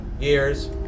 years